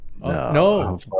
no